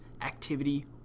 activity